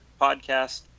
podcast